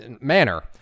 manner